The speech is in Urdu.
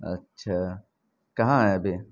اچھا کہاں ہیں ابھی